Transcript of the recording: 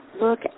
look